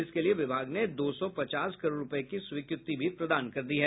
इसके लिए विभाग ने दो सौ पचास करोड़ रूपये की स्वीकृति भी प्रदान कर दी है